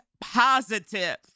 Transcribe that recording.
positive